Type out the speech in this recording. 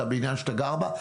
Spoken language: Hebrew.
את הבניין שאתה גר בו,